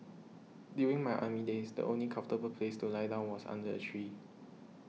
during my army days the only comfortable place to lie down was under a tree